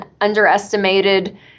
underestimated